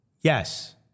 Yes